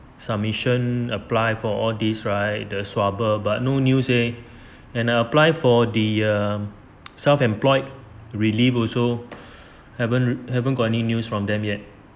submission apply for all these right the swabber but no news eh and I apply for the um self employed relief also haven't haven't got any news from them yet